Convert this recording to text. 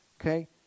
Okay